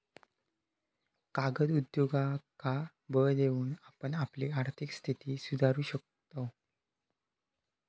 कागद उद्योगांका बळ देऊन आपण आपली आर्थिक स्थिती सुधारू शकताव